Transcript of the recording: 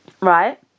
Right